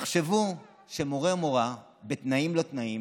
תחשבו שמורֶה או מורָה, בתנאים-לא-תנאים,